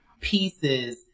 pieces